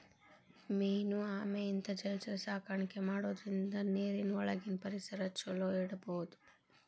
main ಆಮೆ ಇಂತಾ ಜಲಚರ ಸಾಕಾಣಿಕೆ ಮಾಡೋದ್ರಿಂದ ನೇರಿನ ಒಳಗಿನ ಪರಿಸರನ ಚೊಲೋ ಇಡಬೋದು